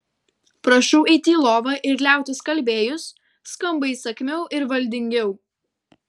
prašau eiti į lovą ir liautis kalbėjus skamba įsakmiau ir valdingiau